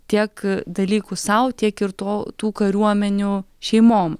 tiek dalykų sau tiek ir to tų kariuomenių šeimom